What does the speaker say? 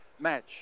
match